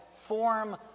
form